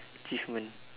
achievement